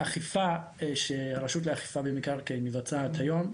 האכיפה שהרשות לאכיפה במקרקעין מבצעת היום,